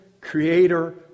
creator